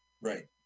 Right